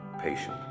patient